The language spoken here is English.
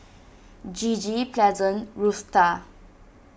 Gigi Pleasant Rutha